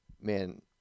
man